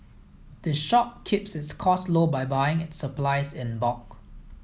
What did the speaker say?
the shop keeps its costs low by buying its supplies in bulk